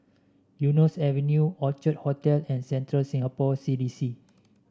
Eunos Avenue Orchid Hotel and Central Singapore C D C